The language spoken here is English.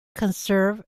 conserve